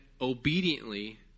obediently